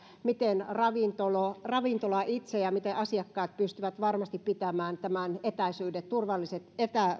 miten ravintola itse ja miten asiakkaat pystyvät varmasti pitämään tämän etäisyyden turvalliset